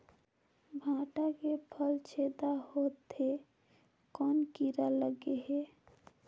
भांटा के फल छेदा होत हे कौन कीरा लगे हे?